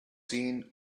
seen